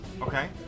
Okay